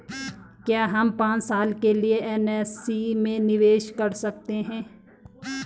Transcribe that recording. क्या हम पांच साल के लिए एन.एस.सी में निवेश कर सकते हैं?